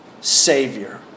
Savior